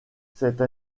cette